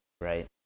Right